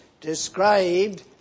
described